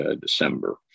December